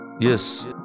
Yes